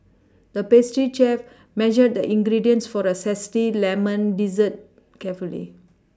the pastry chef measured the ingredients for a zesty lemon dessert carefully